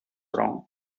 wrong